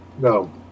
No